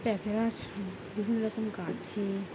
প্যাঁচারা বিভিন্ন রকম গাছে